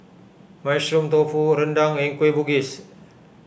Mushroom Tofu Rendang and Kueh Bugis